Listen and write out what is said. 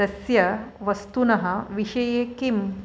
तस्य वस्तुनः विषये किं